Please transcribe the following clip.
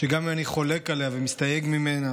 שגם אם אני חולק עליה ומסתייג ממנה,